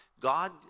God